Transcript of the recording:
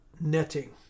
netting